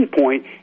point